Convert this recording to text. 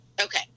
Okay